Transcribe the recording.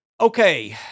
Okay